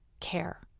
care